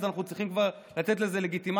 אז אנחנו צריכים כבר לתת לזה לגיטימציה.